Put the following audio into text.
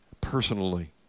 personally